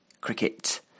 Cricket